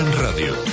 Radio